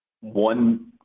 one